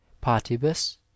partibus